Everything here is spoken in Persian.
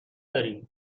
داری